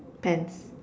pants